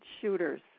shooters